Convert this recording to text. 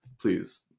please